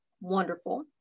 wonderful